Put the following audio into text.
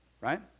right